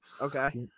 Okay